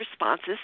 responses